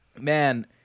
man –